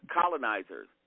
Colonizers